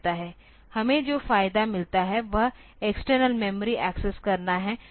हमें जो फायदा मिलता है वह एक्सटर्नल मेमोरी एक्सेस करना है